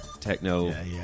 techno